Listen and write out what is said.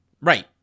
Right